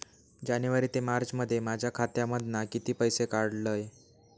जानेवारी ते मार्चमध्ये माझ्या खात्यामधना किती पैसे काढलय?